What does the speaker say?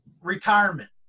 retirement